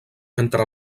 entre